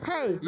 Hey